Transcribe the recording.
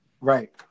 Right